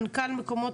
מנכ"ל המקומות